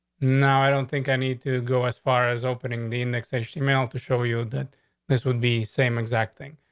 no, i don't think i need to go as far as opening the and annexation mail to show you that this would be same exact thing.